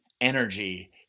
energy